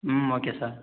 ம் okay sir